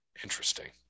interesting